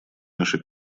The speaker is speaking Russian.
нашей